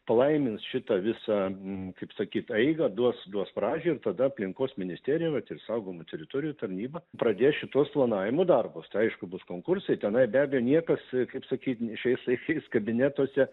palaimins šitą visą kaip sakyta eigą duos duos pradžią ir tada aplinkos ministerija vat ir saugomų teritorijų tarnyba pradės šituos planavimo darbus tai aišku bus konkursai tenai be abejo niekas kaip sakyt šiais laikais kabinetuose